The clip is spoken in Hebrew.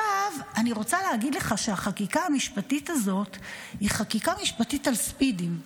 אני רוצה להגיד לך שהחקיקה המשפטית הזאת היא חקיקה משפטית על ספידים.